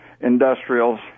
industrials